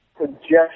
suggestion